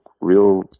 real